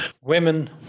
women